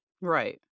Right